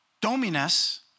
dominus